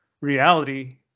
Reality